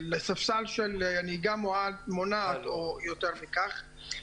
לספסל של נהיגה מונעת או יותר מכך,